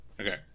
okay